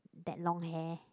that long hair